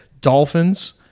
Dolphins